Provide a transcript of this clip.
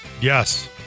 Yes